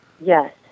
Yes